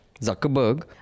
Zuckerberg